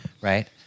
right